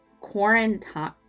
quarantine